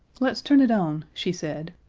let's turn it on, she said.